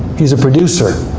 he's a producer.